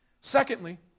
Secondly